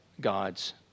God's